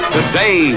Today